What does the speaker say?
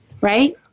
right